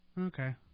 Okay